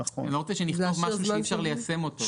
אני לא רוצה שנכתוב משהו שאי אפשר ליישם אותו.